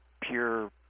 pure